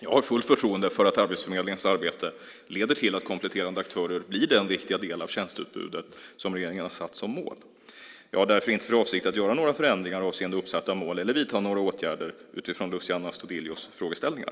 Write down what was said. Jag har fullt förtroende för att Arbetsförmedlingens arbete leder till att kompletterande aktörer blir den viktiga del av tjänsteutbudet som regeringen har satt som mål. Jag har därför inte för avsikt att göra några förändringar avseende uppsatta mål eller att vidta några åtgärder utifrån Luciano Astudillos frågeställningar.